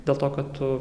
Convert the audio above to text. dėl to kad tu